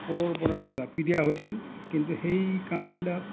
ওপৰৰ পৰাও জাপি দিয়া হৈছিল কিন্তু সেই কামবিলাক